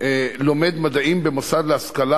שלומד מדעים במוסד להשכלה